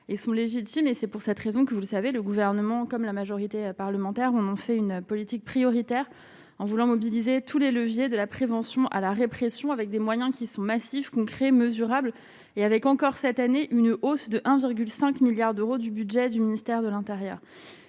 et sont légitimes et c'est pour cette raison que vous le savez le gouvernement comme la majorité parlementaire, on en fait une politique prioritaire en voulant mobiliser tous les leviers de la prévention à la répression, avec des moyens qui sont massifs concrets et mesurables et avec encore cette année une hausse de 1,5 milliard d'euros du budget du ministère de l'Intérieur,